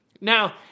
Now